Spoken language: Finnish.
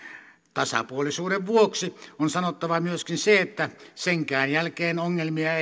tasapuolisuuden vuoksi on sanottava myöskin se että senkään jälkeen ongelmia